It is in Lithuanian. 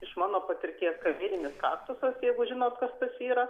iš mano patirties kalėdinis kaktusas jeigu žinot kas tas yra